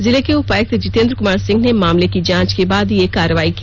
जिले के उपायुक्त जितेंद्र कुमार सिंह ने मामले की जांच के बाद यह कार्रवाई की